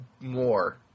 more